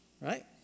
Right